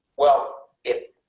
well, if,